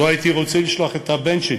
לא הייתי רוצה לשלוח את הבן שלי